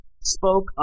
spoke